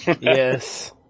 Yes